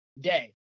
day